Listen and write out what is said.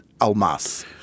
Almas